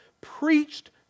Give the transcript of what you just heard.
preached